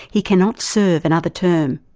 he cannot serve another term.